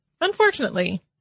Unfortunately